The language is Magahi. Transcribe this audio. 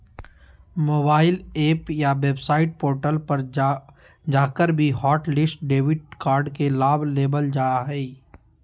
मोबाइल एप या वेबसाइट पोर्टल पर जाकर भी हॉटलिस्ट डेबिट कार्ड के लाभ लेबल जा हय